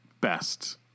best